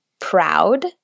proud